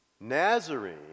Nazarene